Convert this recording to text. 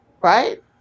right